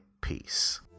Peace